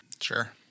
sure